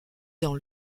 dans